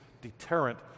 deterrent